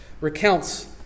recounts